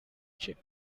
chip